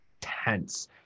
tense